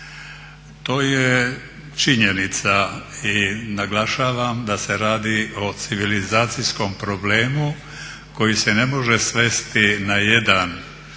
To je činjenica i naglašavam da se radi o civilizacijskom problemu koji se ne može svesti na jedan